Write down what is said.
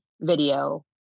video